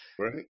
right